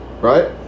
right